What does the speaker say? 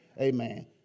Amen